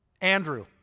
Andrew